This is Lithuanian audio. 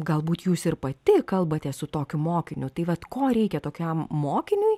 galbūt jūs ir pati kalbatės su tokiu mokiniu tai vat ko reikia tokiam mokiniui